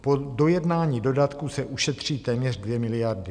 Po dojednání dodatku se ušetří téměř 2 miliardy.